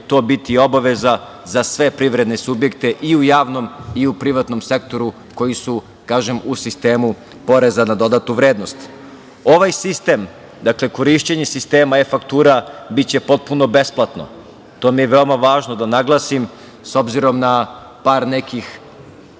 to biti i obaveza za sve privredne subjekte i u javnom i u privatnom sektoru koji su kažem u sistemu PDV-a. Ovaj sistem, dakle, korišćenje sistema e-faktura biće potpuno besplatan. To mi je veoma važno da naglasim, obzirom na par nekih